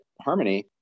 Harmony